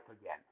again